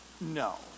No